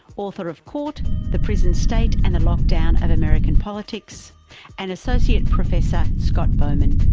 author of caught the prison state and the lockdown of american politics and associate professor scott bowman,